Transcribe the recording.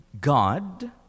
God